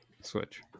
switch